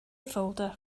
folder